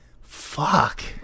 Fuck